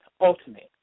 ultimate